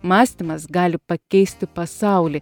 mąstymas gali pakeisti pasaulį